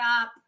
up